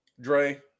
Dre